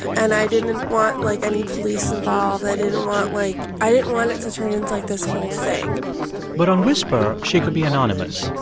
and i didn't want, like, any police involved. i didn't want, like i didn't want it to turn into, like, this whole thing but on whisper, she could be anonymous.